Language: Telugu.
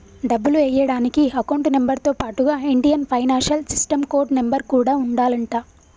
డబ్బులు ఎయ్యడానికి అకౌంట్ నెంబర్ తో పాటుగా Indian financial system code number కూడా ఉండాలంట